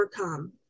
overcome